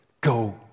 Go